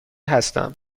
هستم